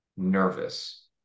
nervous